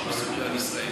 בשלוש השנים האחרונות.